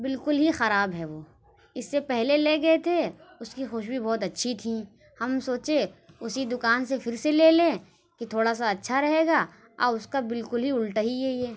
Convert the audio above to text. بالکل ہی خراب ہے وہ اس سے پہلے لے گئے تھے اس کی خوشبو بہت اچھی تھیں ہم سوچے اسی دکان سے پھر سے لے لیں کہ تھوڑا سا اچھا رہے گا اور اس کا بالکل ہی الٹا ہی ہے یہ